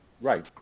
Right